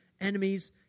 enemies